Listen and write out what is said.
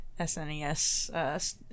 SNES